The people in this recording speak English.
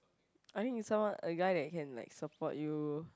I think it's someone a guy who can like support you